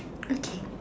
okay